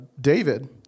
David